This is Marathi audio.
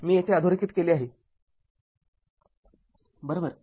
मी येथे अधोरेखित केले आहे बरोबर